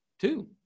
Two